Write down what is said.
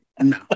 No